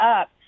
up